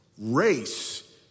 Race